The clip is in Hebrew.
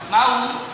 מה הוא?